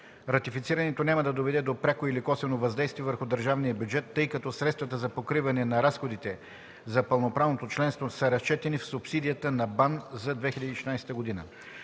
Ратифицирането няма да доведе до пряко или косвено въздействие върху държавния бюджет, тъй като средствата за покриване на разходите за пълноправното членство са разчетени по субсидията на БАН за 2014 г.